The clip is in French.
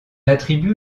attribue